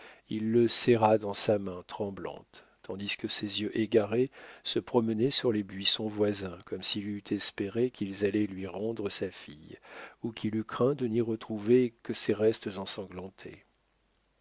il le serra dans sa main tremblante tandis que ses yeux égarés se promenaient sur les buissons voisins comme s'il eût espéré qu'ils allaient lui rendre sa fille ou qu'il eût craint de n'y retrouver que ses restes ensanglantés